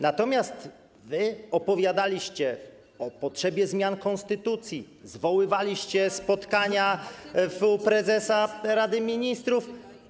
natomiast wy opowiadaliście o potrzebie zmian konstytucji, zwoływaliście spotkania u prezesa Rady Ministrów.